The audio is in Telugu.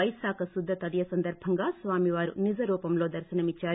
వైశాఖ శుద్ధ తదియ సందర్భంగా స్వామి వారు నిజరూపంలో దర్భనమిచ్చారు